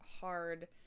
hard